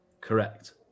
Correct